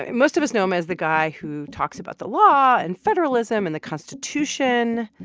ah and most of us know him as the guy who talks about the law and federalism and the constitution,